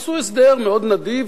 עשו הסדר מאוד נדיב,